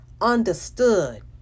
understood